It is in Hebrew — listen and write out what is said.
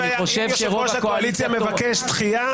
אני כשיושב-ראש הקואליציה מבקש דחייה,